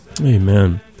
Amen